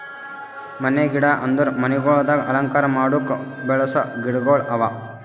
ಮನೆಯ ಗಿಡ ಅಂದುರ್ ಮನಿಗೊಳ್ದಾಗ್ ಅಲಂಕಾರ ಮಾಡುಕ್ ಬೆಳಸ ಗಿಡಗೊಳ್ ಅವಾ